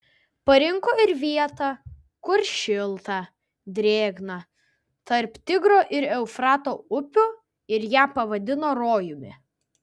parinko ir vietą kur šilta ir drėgna tarp tigro ir eufrato upių ir ją pavadino rojumi